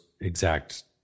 exact